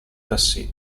tassì